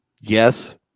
Yes